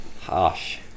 harsh